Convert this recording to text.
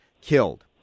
killed